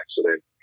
accident